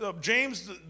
James